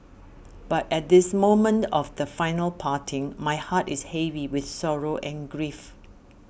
but at this moment of the final parting my heart is heavy with sorrow and grief